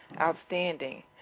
outstanding